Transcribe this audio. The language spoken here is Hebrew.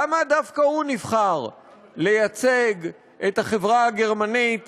למה דווקא הוא נבחר לייצג את החברה הגרמנית